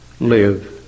live